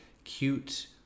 cute